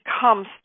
comes